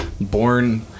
born